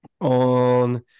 on